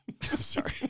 sorry